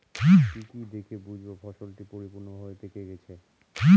কি কি দেখে বুঝব ফসলটি পরিপূর্ণভাবে পেকে গেছে?